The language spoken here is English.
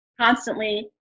constantly